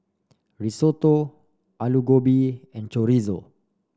Risotto Alu Gobi and Chorizo